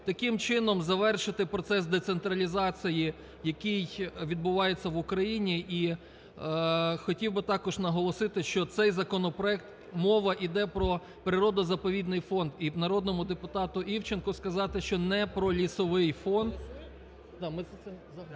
Таким чином завершити процес децентралізації, який відбувається в Україні. І хотів би також наголосити, що цей законопроект, мова іде про природно-заповідний фонд, і народному депутату Івченко сказати, що не про лісовий фонд,